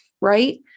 right